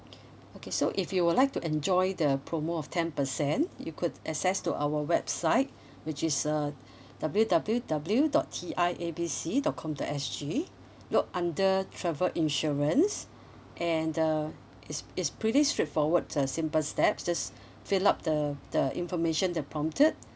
okay so if you would like to enjoy the promo of ten percent you could access to our website which is uh W W W dot T I A B C dot com dot S G look under travel insurance and uh it's it's pretty straightforward uh simple steps just fill up the the information that prompted